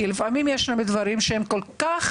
כי לפעמים יש הרבה דברים שהם כל כך